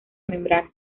membrana